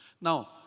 Now